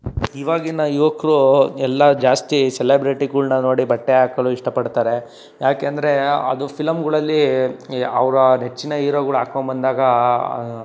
ಇವಾಗಿನ ಯುವಕರು ಎಲ್ಲ ಜಾಸ್ತಿ ಸೆಲಬ್ರಿಟಿಗಳ್ನ ನೋಡಿ ಬಟ್ಟೆ ಹಾಕಲು ಇಷ್ಟಪಡ್ತಾರೆ ಯಾಕೆ ಎಂದರೆ ಅದು ಫಿಲಂಗಳಲ್ಲಿ ಅವರ ನೆಚ್ಚಿನ ಈರೋಗಳು ಹಾಕೊಂಡ್ಬಂದಾಗ